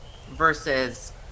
versus